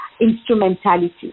instrumentality